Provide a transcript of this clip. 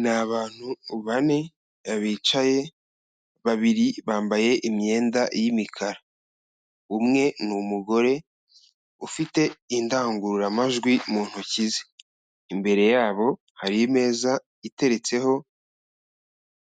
Ni abantu bane bicaye, babiri bambaye imyenda y'imikara, umwe ni umugore ufite indangururamajwi mu ntoki ze, imbere yabo hari imeza iteretseho